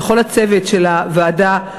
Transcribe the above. ולכל הצוות של הוועדה,